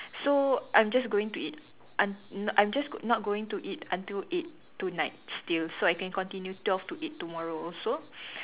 so I'm just going to eat I'm I'm just not going to eat until eight tonight still so I can continue twelve to eight tomorrow also